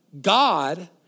God